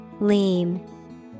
Lean